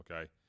Okay